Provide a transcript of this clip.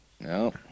No